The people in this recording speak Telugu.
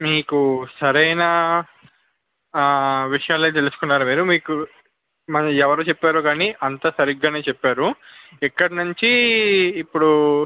మీకు సరైన విషయాలే తెలుసుకున్నారు మీకు మరి ఎవరు చెప్పారో కానీ అంతా సరిగ్గానే చెప్పారు ఇక్కడ నుంచి ఇప్పుడు